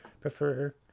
prefer